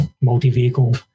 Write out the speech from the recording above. multi-vehicle